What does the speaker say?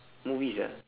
movies ah